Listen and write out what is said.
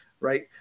right